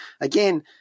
Again